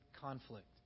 conflict